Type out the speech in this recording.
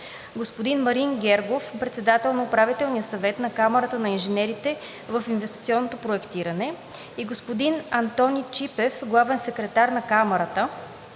господин Марин Гергов – председател на УС на Камарата на инженерите в инвестиционното проектиране, и господин Антони Чипев – главен секретар на Камарата,